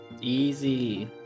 Easy